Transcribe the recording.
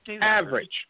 Average